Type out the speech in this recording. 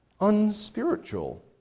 unspiritual